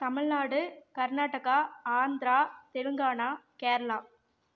Tamil Nadu Karnataka Andhra Telangana Kerala